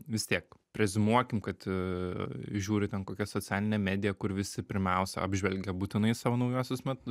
vis tiek reziumuokim kad žiūri ten kokią socialinę mediją kur visi pirmiausia apžvelgia būtinai savo naujuosius metu